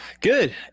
Good